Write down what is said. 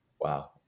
Wow